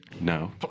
No